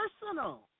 personal